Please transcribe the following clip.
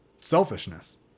selfishness